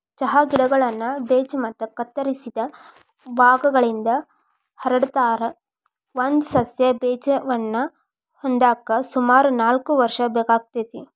ಚಹಾ ಗಿಡಗಳನ್ನ ಬೇಜ ಮತ್ತ ಕತ್ತರಿಸಿದ ಭಾಗಗಳಿಂದ ಹರಡತಾರ, ಒಂದು ಸಸ್ಯ ಬೇಜವನ್ನ ಹೊಂದಾಕ ಸುಮಾರು ನಾಲ್ಕ್ ವರ್ಷ ಬೇಕಾಗತೇತಿ